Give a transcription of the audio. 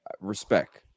Respect